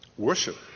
Worship